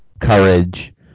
courage